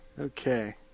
Okay